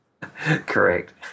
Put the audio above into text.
Correct